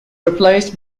replaced